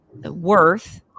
worth